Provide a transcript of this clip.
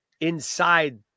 inside